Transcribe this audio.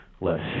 less